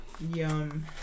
Yum